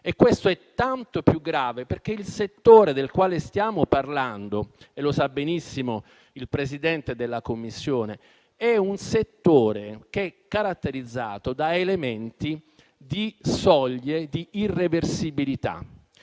E questo è tanto più grave perché il settore del quale stiamo parlando - come sa benissimo il Presidente della Commissione - è caratterizzato da elementi di soglie di irreversibilità.